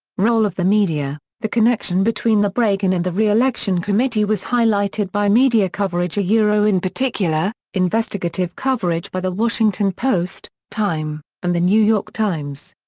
role of the media the connection between the break-in and the re-election committee was highlighted by media coverage yeah in particular, investigative coverage by the washington post, time, and the new york times.